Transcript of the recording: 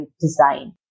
design